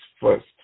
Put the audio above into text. first